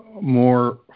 more